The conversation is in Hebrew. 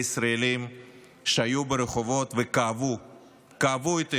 ישראלים שהיו ברחובות וכאבו את האירוע.